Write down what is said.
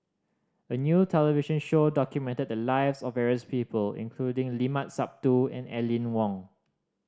a new television show documented the lives of various people including Limat Sabtu and Aline Wong